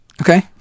okay